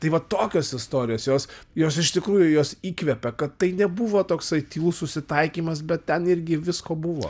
tai va tokios istorijos jos jos iš tikrųjų juos įkvepia kad tai nebuvo toksai tylus susitaikymas bet ten irgi visko buvo